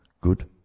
good